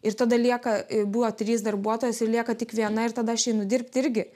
ir tada lieka buvo trys darbuotojos ir lieka tik viena ir tada aš einu dirbti irgi